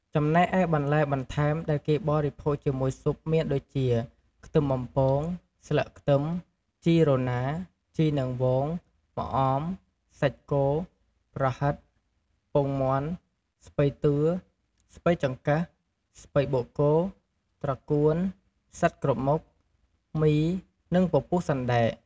ចំណែកឯបន្លែបន្ថែមដែលគេបរិភោគជាមួយស៊ុបមានដូចជា ខ្ទឹមបំពង ស្លឹកខ្ទឹម ជីរណា ជីនាងវង ម្អម សាច់គោ ប្រហិត ពងមាន់ ស្ពៃតឿ ស្ពៃចង្កឹះ ស្ពៃបូកគោ ត្រកួន ផ្សិតគ្រប់មុខ មី និងពពុះសណ្ដែក។